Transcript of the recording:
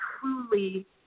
truly